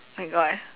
my god